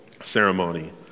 ceremony